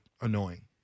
annoying